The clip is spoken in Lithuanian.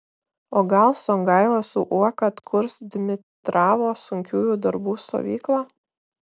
o gal songaila su uoka atkurs dimitravo sunkiųjų darbų stovyklą